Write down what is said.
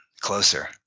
closer